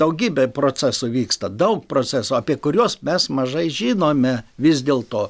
daugybė procesų vyksta daug procesų apie kuriuos mes mažai žinome vis dėlto